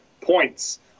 points